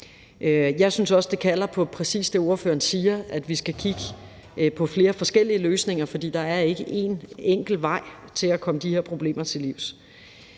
Jeg synes også, det kalder på præcis det, som ordføreren siger, altså at vi skal kigge på flere forskellige løsninger, fordi der ikke er én enkelt vej til at komme de her problemer til livs.